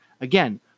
Again